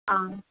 आं